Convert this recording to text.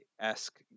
esque